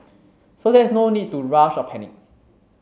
so there is no need to rush or panic